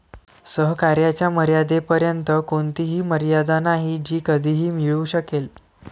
सहकार्याच्या मर्यादेपर्यंत कोणतीही मर्यादा नाही जी कधीही मिळू शकेल